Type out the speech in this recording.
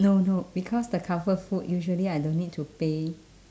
no no because the comfort food usually I don't need to pay